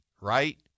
right